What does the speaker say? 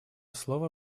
слово